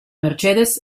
mercedes